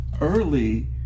early